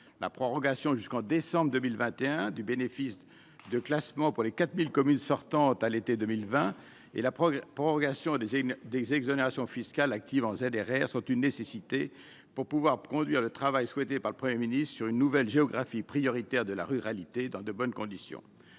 la prorogation jusqu'en décembre 2021 du bénéfice de classement pour les 4000 communes sortantes à l'été 2020 et la progrès prorogation des et des exonérations fiscales active en ZRR sont une nécessité pour pouvoir conduire le travail souhaitée par le 1er ministre sur une nouvelle géographie prioritaire de la ruralité dans de bonnes conditions